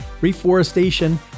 reforestation